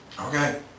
Okay